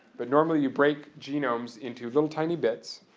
but normally, you break genomes into little tiny bits,